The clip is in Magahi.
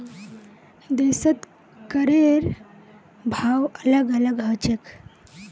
देशत करेर भाव अलग अलग ह छेक